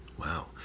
Wow